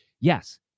Yes